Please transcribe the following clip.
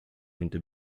into